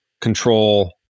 control